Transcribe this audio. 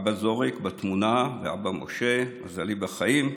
אבא זוריק בתמונה ואבא משה, למזלי בחיים,